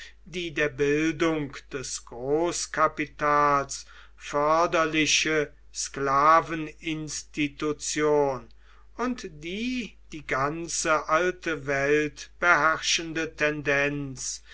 die der bildung des großkapitals förderliche sklaveninstitution und die die ganze alte welt beherrschende tendenz